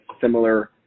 similar